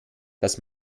dass